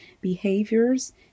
behaviors